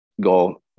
go